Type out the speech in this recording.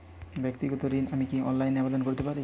ব্যাক্তিগত ঋণ আমি কি অনলাইন এ আবেদন করতে পারি?